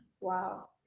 Wow